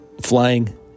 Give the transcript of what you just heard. flying